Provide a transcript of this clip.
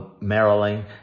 Marilyn